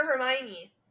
Hermione